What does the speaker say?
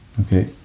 Okay